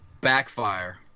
Backfire